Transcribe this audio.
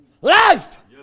life